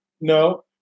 No